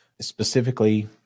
specifically